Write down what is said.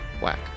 whack